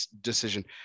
decision